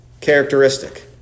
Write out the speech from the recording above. characteristic